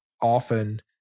often